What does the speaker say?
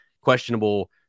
questionable